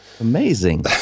Amazing